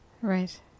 Right